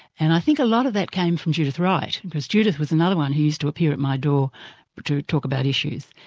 and i think a lot of that came from judith wright, because judith was another one who used to appear at my door but to talk about issues,